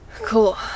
Cool